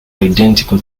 identical